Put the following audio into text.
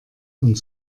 und